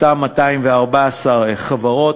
אותן 214 חברות,